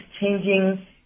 changing